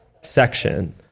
section